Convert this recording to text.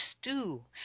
stew